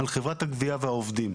על חברת הגבייה והעובדים.